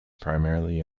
primarily